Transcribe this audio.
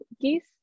geese